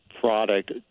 product